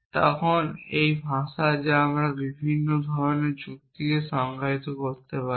এটি সেই ভাষা যা আমরা বিভিন্ন ধরণের যুক্তিকে সংজ্ঞায়িত করতে পারি